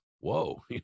Whoa